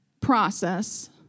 process